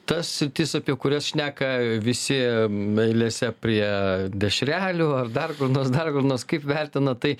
tas sitis apie kurias šneka visi eilėse prie dešrelių ar dar kur nors dar kur nors kaip vertina tai